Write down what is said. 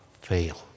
fail